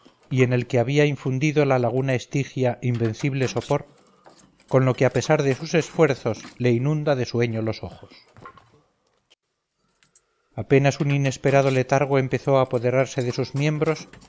y en el que había infundido la laguna estigia invencible sopor con lo que a pesar de sus esfuerzos le inunda de sueño los ojos apenas un inesperado letargo empezó a apoderarse de sus miembros